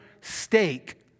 stake